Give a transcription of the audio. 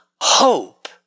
hope